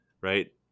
right